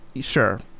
sure